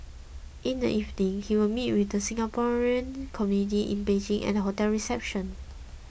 in the evening he will meet with the Singaporean community in Beijing at a hotel reception